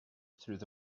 through